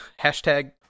hashtag